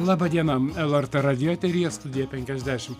laba diena lrt radijo eteryje studija penkiasdešim